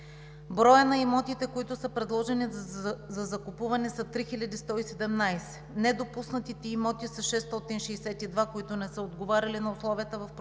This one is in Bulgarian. Броят на имотите, които са предложени за закупуване, са 3117; недопуснатите имоти са 662, които не са отговаряли на условията в процедурата;